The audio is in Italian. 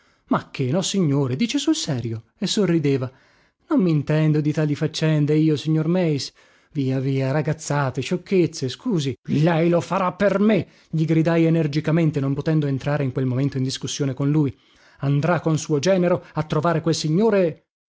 ma che nossignore dice sul serio e sorrideva non mintendo di tali faccende io signor meis via via ragazzate sciocchezze scusi lei lo farà per me gli gridai energicamente non potendo entrare in quel momento in discussione con lui andrà con suo genero a trovare quel signore